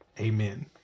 Amen